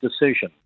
decision